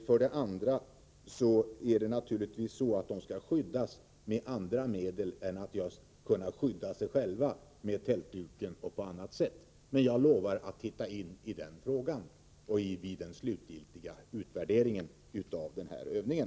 För det andra skall de naturligtvis skyddas med andra medel än dem som de själva har till förfogande bakom tältduken. Jag lovar dock att se på den frågan vid den slutliga utvärderingen av övningen.